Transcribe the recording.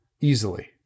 easily